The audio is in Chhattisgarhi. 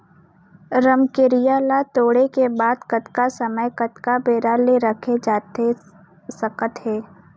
रमकेरिया ला तोड़े के बाद कतका समय कतका बेरा ले रखे जाथे सकत हे?